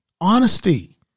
Honesty